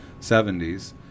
70s